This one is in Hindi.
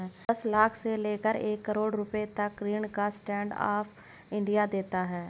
दस लाख से लेकर एक करोङ रुपए तक का ऋण स्टैंड अप इंडिया देता है